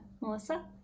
Melissa